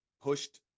pushed